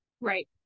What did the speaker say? right